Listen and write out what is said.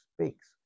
speaks